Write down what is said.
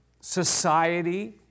society